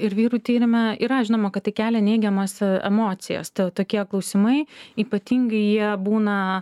ir vyrų tyrime yra žinoma kad tai kelia neigiamas emocijas tokie klausimai ypatingai jie būna